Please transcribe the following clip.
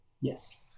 Yes